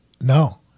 No